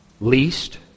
Least